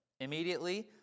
immediately